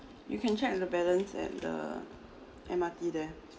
you can check the balance at the M_R_T there